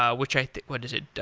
ah which i what is it?